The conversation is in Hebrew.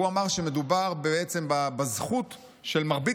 הוא אמר שמדובר בעצם בזכות של מרבית